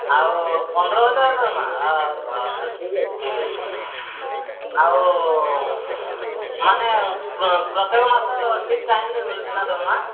ଆଉ ପନ୍ଦର ହଜାର ଦରମା ବାପରେ ଠିକ ଅଛି ଠିକ ଅଛି ଆଉ ମାନେ ପ୍ରତ୍ୟେକ ମାସ ଠିକ ଟାଇମ୍ରେ ମିଳୁଛି ନା ଦରମା